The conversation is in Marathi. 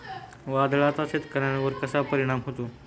वादळाचा शेतकऱ्यांवर कसा परिणाम होतो?